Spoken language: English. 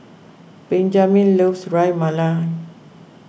Benjamen loves Ras Malai